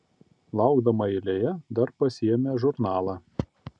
laukdama eilėje dar pasiėmė žurnalą